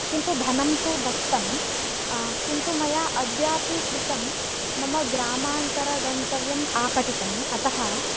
किन्तु धनं तु दत्तं किन्तु मया अद्यापि कृतं मम ग्रामान्तर गन्तव्यम् आपतितम् अतः